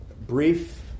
brief